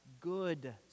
good